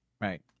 Right